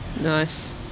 Nice